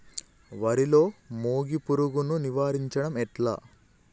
వరిలో మోగి పురుగును నివారించడం ఎట్లా?